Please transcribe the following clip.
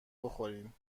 بخوریم